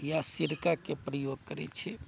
या सिरकाके प्रयोग करै छी